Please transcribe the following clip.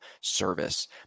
service